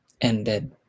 ended